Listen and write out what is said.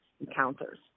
encounters